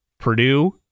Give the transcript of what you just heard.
Purdue